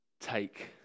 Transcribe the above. take